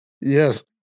Yes